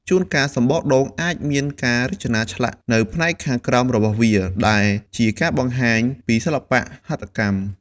ជួនកាល សំបកដូងអាចមានការរចនាឆ្លាក់នៅផ្នែកខាងក្រោយរបស់វា ដែលជាការបង្ហាញពីសិល្បៈហត្ថកម្ម។